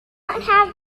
have